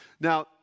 Now